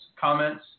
comments